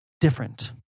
different